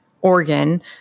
organ